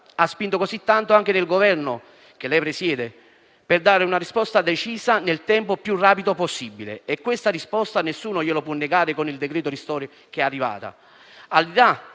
ha spinto così tanto, anche all'interno del Governo che lei presiede, per dare una risposta decisa nel tempo più rapido possibile, e quella risposta - nessuno glielo può negare - con il decreto ristori è arrivata.